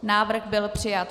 Návrh byl přijat.